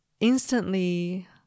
instantly